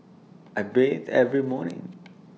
I bathe every morning